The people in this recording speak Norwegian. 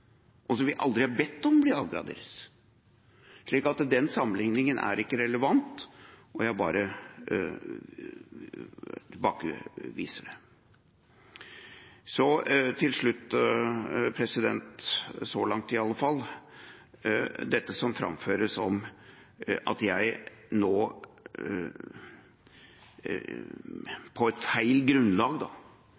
og som vi aldri har bedt om blir avgradert. Den sammenligningen er ikke relevant, og jeg bare tilbakeviser den. Til slutt – så langt i alle fall – til dette som framføres om at jeg